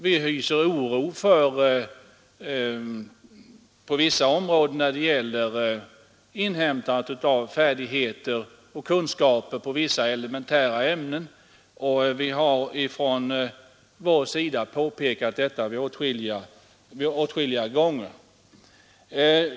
Vi hyser oro när det gäller elevernas inhämtande av färdigheter och kunskaper i vissa elementära ämnen. Det har vi heller inte gjort någon hemlighet av. Ökade praktiska inslag i undervisningen menar vi är en väg som måste prövas betydligt mera än hittills.